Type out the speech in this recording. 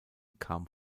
kam